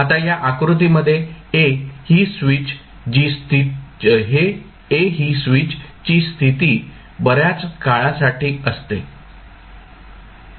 आता या आकृतीमध्ये a ही स्विच ची स्थिती बऱ्याच काळासाठी असते